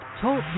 Talk